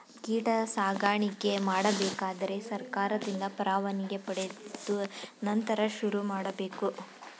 ಕೀಟ ಸಾಕಾಣಿಕೆ ಮಾಡಬೇಕಾದರೆ ಸರ್ಕಾರದಿಂದ ಪರವಾನಿಗೆ ಪಡೆದು ನಂತರ ಶುರುಮಾಡಬೇಕು